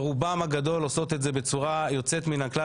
הן עושות את זה בצורה יוצאת מן הכלל,